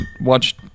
watch